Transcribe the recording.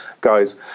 guys